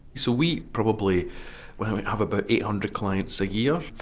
so we probably have about eight hundred clients a year.